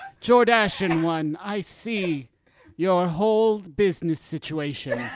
jorachen one, i see your whole business situation.